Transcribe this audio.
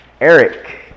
Eric